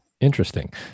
Interesting